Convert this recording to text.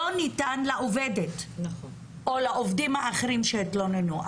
לא ניתן לעובדת או לעובדים האחרים שהתלוננו.